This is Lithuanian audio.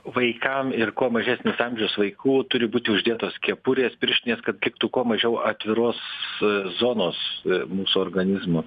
vaikam ir kuo mažesnis amžiaus vaikų turi būti uždėtos kepurės pirštinės kad liktų kuo mažiau atviros su zonos mūsų organizmo